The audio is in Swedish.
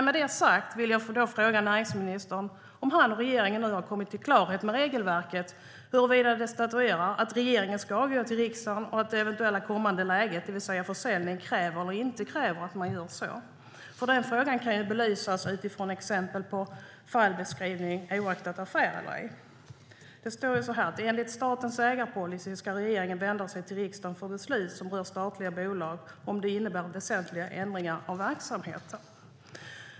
Med detta sagt vill jag fråga näringsministern om han och regeringen nu har kommit till klarhet med regelverket, huruvida det statuerar att regeringen ska gå till riksdagen och om det eventuellt kommande läget, det vill säga försäljning, kräver eller inte kräver att man gör så. Den frågan kan ju belysas utifrån exempel på fallbeskrivning, oaktat affär eller ej. Det står så här: Enligt statens ägarpolicy ska regeringen vända sig till riksdagen för beslut som rör statliga bolag om det innebär väsentliga ändringar av verksamheten.